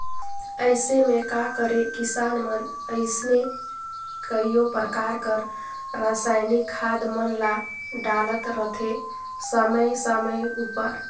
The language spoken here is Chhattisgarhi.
अइसे में का करें किसान मन अइसने कइयो परकार कर रसइनिक खाद मन ल डालत रहथें समे समे उपर